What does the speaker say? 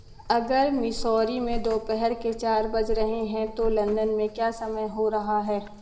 अगर मिसौरी में दोपेहर के चार बजे रहें हैं तो लंदन में क्या समय हो रहा है